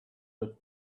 but